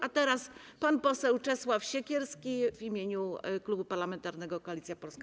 A teraz pan poseł Czesław Siekierski w imieniu Klubu Parlamentarnego Koalicja Polska.